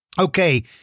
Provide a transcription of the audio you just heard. Okay